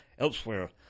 Elsewhere